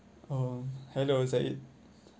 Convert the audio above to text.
oh hellozahid